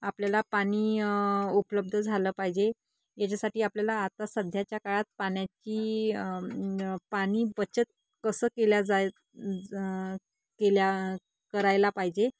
आपल्याला पाणी उपलब्ध झालं पाहिजे याच्यासाठी आपल्याला आता सध्याच्या काळात पाण्याची पाणी बचत कसं केलं जाय केलं करायला पाहिजे